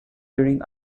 during